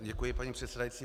Děkuji, paní předsedající.